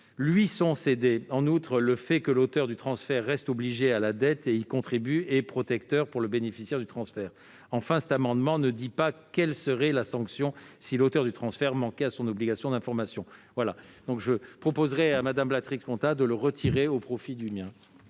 lui sont cédées. En outre, le fait que l'auteur du transfert reste obligé à la dette et y contribue est protecteur pour le bénéficiaire du transfert. Enfin, l'amendement ne précise pas quelle serait la sanction si l'auteur du transfert manquait à son obligation d'information. Je demande donc le retrait de l'amendement n° 18 rectifié au profit de